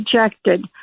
rejected